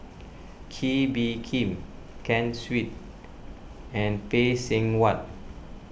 Kee Bee Khim Ken Seet and Phay Seng Whatt